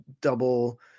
double